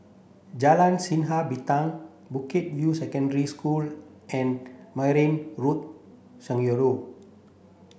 Jalan Sinar Bintang Bukit View Secondary School and Maghain